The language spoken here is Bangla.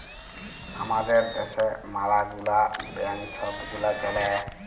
আমাদের দ্যাশে ম্যালা গুলা ব্যাংক ছব গুলা চ্যলে